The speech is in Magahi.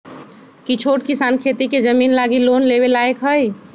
कि छोट किसान खेती के जमीन लागी लोन लेवे के लायक हई?